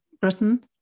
Britain